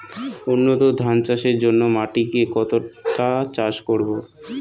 উন্নত ধান চাষের জন্য মাটিকে কতটা চাষ করব?